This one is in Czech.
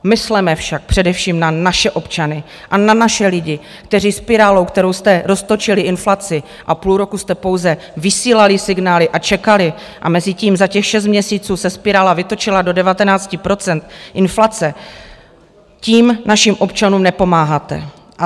Mysleme však především na naše občany a na naše lidi, kteří spirálou, kterou jste roztočili inflaci a půl roku jste pouze vysílali signály a čekali a mezitím za těch šest měsíců se spirála vytočila do 19 % inflace, tak tím našim občanům nepomáháte.